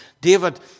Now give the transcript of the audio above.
David